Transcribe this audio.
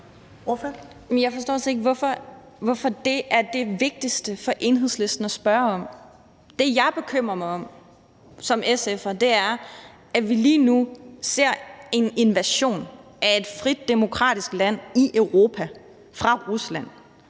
jeg forstår slet ikke, hvorfor det er det vigtigste for Enhedslisten at spørge om. Det, jeg bekymrer mig om som SF'er, er, at vi lige nu ser en invasion af et frit, demokratisk land i Europa fra Ruslands